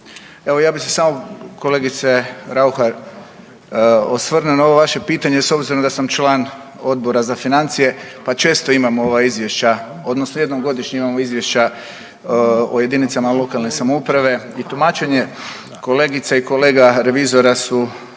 Evo ja bih se samo kolegice Raukar osvrnuo na ovo vaše pitanje s obzirom da sam član Odbora za financije, pa često imam ova izvješća, odnosno jednom godišnje imamo izvješća o jedinicama lokalne samouprave i tumačenje kolegice i kolega revizora su